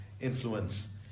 influence